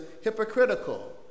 hypocritical